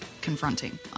confronting